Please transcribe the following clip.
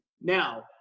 Now